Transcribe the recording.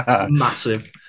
massive